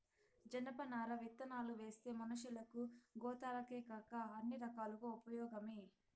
జనపనార విత్తనాలువేస్తే మనషులకు, గోతాలకేకాక అన్ని రకాలుగా ఉపయోగమే